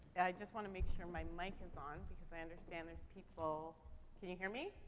just wanna make sure my mic is on because i understand there's people can you hear me?